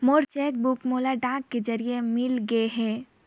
मोर cheque book मोला डाक के जरिए मिलगे हे